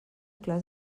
clars